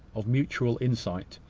of mutual insight?